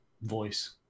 voice